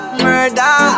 murder